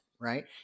right